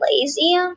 Lazy